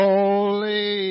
Holy